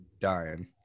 Dying